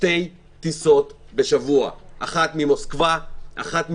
שתי טיסות בשבוע, אחת ממוסקבה ואחת מקייב.